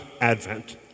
Advent